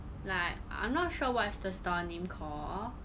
like I'm not sure what's the store name call